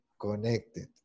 connected